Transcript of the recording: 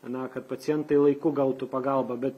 na kad pacientai laiku gautų pagalbą bet